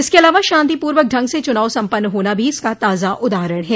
इसके अलावा शांतिपूर्वक ढंग से चुनाव सम्पन्न होना भी इसका ताजा उदाहरण है